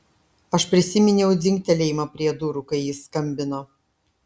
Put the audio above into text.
aš prisiminiau dzingtelėjimą prie durų kai jis skambino